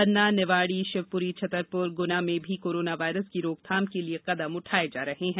पन्ना निवाड़ी शिवपुरी छतरपुर गुना में भी corona virus की रोकथाम के लिए कदम उठाये जा रहे हैं